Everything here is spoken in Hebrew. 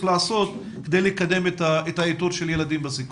לעשות כדי לקדם את האיתור של ילדים בסיכון?